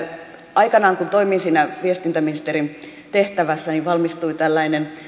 aikanaan kun toimin siinä viestintäministerin tehtävässä valmistui tällainen